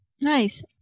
Nice